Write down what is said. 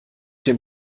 dem